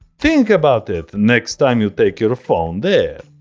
think about it next time you take your phone there.